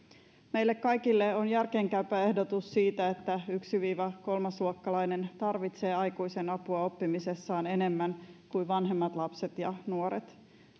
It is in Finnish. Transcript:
meille kaikille on järkeenkäypä ehdotus siitä että ykkös viiva kolmas luokkalainen tarvitsee aikuisen apua oppimisessaan enemmän kuin vanhemmat lapset ja nuoret